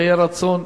שהיה רצון,